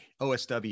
OSW